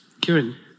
Kieran